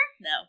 No